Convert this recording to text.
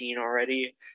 already